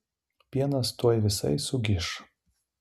pienas tuoj visai sugiš